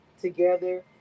together